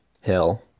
hill